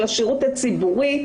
לשירות הציבורי,